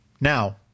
Now